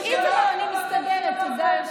גם אני השבתי תשובה של